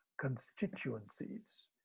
constituencies